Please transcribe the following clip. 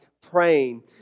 praying